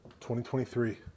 2023